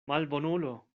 malbonulo